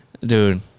dude